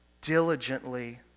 diligently